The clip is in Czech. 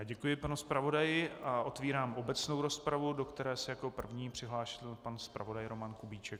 Děkuji panu zpravodaji a otvírám obecnou rozpravu, do které se jako první přihlásil pan zpravodaj Roman Kubíček.